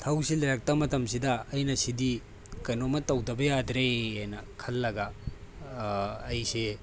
ꯊꯕꯛꯁꯦ ꯂꯩꯔꯛꯇꯕ ꯃꯇꯝꯁꯤꯗ ꯑꯩꯅ ꯁꯤꯗꯤ ꯀꯩꯅꯣꯃꯃ ꯇꯧꯗꯕ ꯌꯥꯗ꯭ꯔꯦ ꯍꯥꯏꯅ ꯈꯜꯂꯒ ꯑꯩꯁꯦ